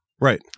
Right